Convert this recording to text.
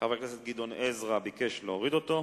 חבר הכנסת גדעון עזרא ביקש להוריד אותו.